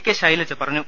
K Shailaja പറഞ്ഞു